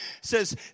says